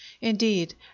Indeed